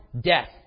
death